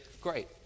Great